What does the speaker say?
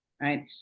right